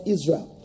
Israel